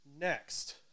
Next